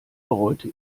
bereute